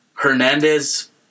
Hernandez